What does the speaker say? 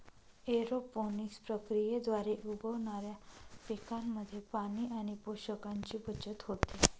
aeroponics प्रक्रियेद्वारे उगवणाऱ्या पिकांमध्ये पाणी आणि पोषकांची बचत होते